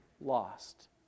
lost